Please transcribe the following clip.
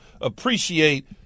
appreciate